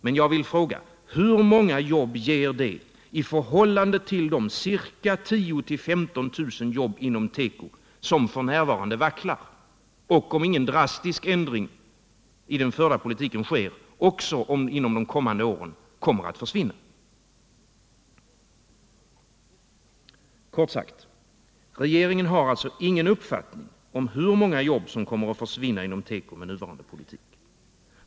Men jag vill fråga: Hur många jobb ger det i förhållande till de ca 10 000-15 000 jobb inom tekoindustrin som f. n. vacklar, och som, om ingen drastisk ändring i den förda politiken sker, kommer att försvinna inom de närmaste åren. Kort sagt: Regeringen har ingen uppfattning om hur många jobb som kommer att försvinna inom teko med nuvarande politik.